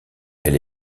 elle